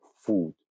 food